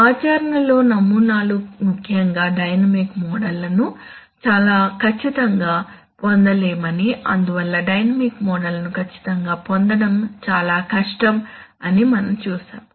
ఆచరణలో నమూనాలు ముఖ్యంగా డైనమిక్ మోడళ్లను చాలా ఖచ్చితంగా పొందలేమని అందువల్ల డైనమిక్ మోడళ్లను ఖచ్చితంగా పొందడం చాలా కష్టం అని మనం చూశాము